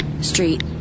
Street